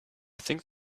think